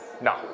no